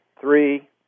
three